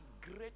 great